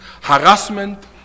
harassment